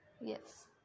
Yes